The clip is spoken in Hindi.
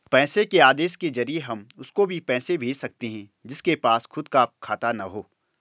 पैसे के आदेश के जरिए हम उसको भी पैसे भेज सकते है जिसके पास खुद का खाता ना हो